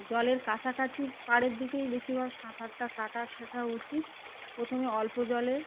জলের কাছাকাছি পাড়ের দিকেই বেশিরভাগ সাঁতারটা কাটা শেখা উচিত প্রথমে অল্প জলে